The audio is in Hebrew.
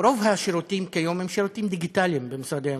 רוב השירותים כיום הם שירותים דיגיטליים במשרדי הממשלה,